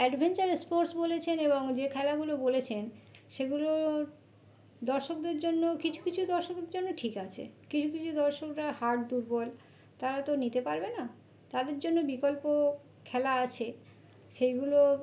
adventurous sports বলেছেন এবং যে খেলাগুলো বলেছেন সেগুলো দর্শকদের জন্য কিছু কিছু দর্শকের জন্য ঠিক আছে কিছু কিছু দর্শকরা হার্ট দুর্বল তারা তো নিতে পারবে না তাদের জন্যে বিকল্প খেলা আছে সেগুলো